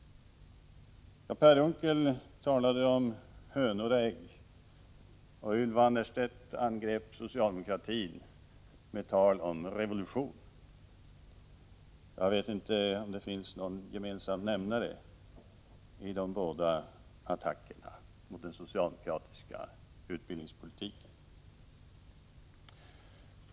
Per Unckel talade om hönor och ägg och Ylva-Annerstedt angrep socialdemokratin med tal om revolution. Jag vet inte om det finns någon gemensam nämnare i de båda attackerna mot den socialdemokratiska utbildningspolitiken.